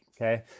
Okay